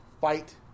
fight